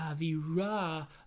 Avira